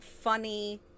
funny